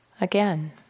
again